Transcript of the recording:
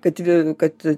kad vi kad